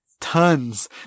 tons